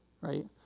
right